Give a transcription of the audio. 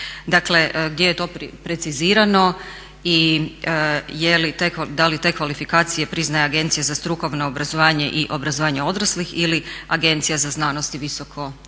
Dakle, gdje je to precizirano i je li, da li te kvalifikacije priznaje Agencija za strukovno obrazovanje i obrazovanje odraslih ili Agencija za znanost i visoko obrazovanje.